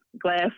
glass